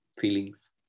feelings